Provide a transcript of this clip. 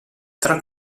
tra